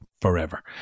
forever